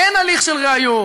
אין הליך של ראיות.